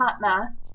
partner